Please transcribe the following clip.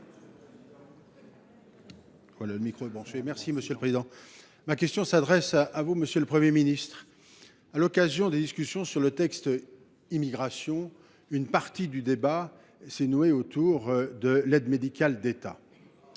Ma question s’adresse à M. le Premier ministre. À l’occasion des discussions sur le projet de loi Immigration, une partie du débat s’est nouée autour de l’aide médicale de l’État